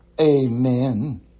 Amen